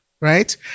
right